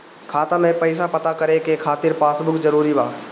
खाता में पईसा पता करे के खातिर पासबुक जरूरी बा?